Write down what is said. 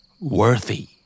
Worthy